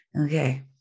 okay